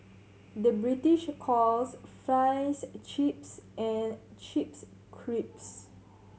the British calls fries chips and chips crisps